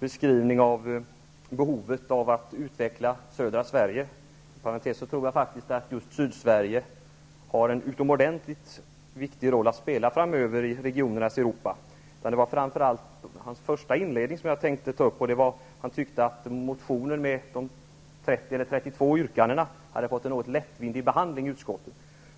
beskrivning av behovet att utveckla södra Sverige. Inom parentes sagt tror jag att Sydsverige har en utomordentligt viktig roll att spela framöver i regionernas Europa. Det var framför allt Olle Schmidts inledning som jag tänkte beröra. Han tyckte att motionen med de 32 yrkandena hade fått en något lättvindig behandling i utskottet.